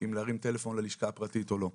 אם להרים טלפון ללשכה הפרטית או לא.